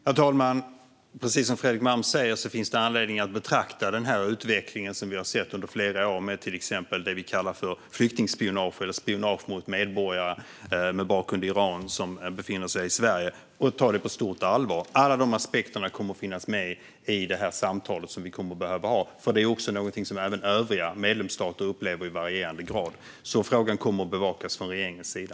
Herr talman! Precis som Fredrik Malm säger finns det anledning att betrakta den här utvecklingen, som vi har sett under flera år. Det handlar till exempel om det vi kallar för flyktingspionage, spionage mot medborgare med bakgrund i Iran som befinner sig i Sverige. Vi tar det på stort allvar. Alla de aspekterna kommer att finnas med i de samtal som vi kommer att behöva ha. Det här är någonting som även övriga medlemsstater upplever i varierande grad. Frågan kommer att bevakas från regeringens sida.